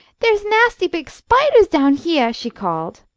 there's nasty big spidahs down heah! she called.